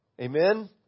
Amen